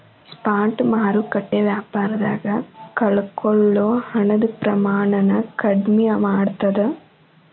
spot ಮಾರುಕಟ್ಟೆ ವ್ಯಾಪಾರದಾಗ ಕಳಕೊಳ್ಳೊ ಹಣದ ಪ್ರಮಾಣನ ಕಡ್ಮಿ ಮಾಡ್ತದ